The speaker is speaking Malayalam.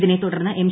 ഇതിനെ തുടർന്ന് എം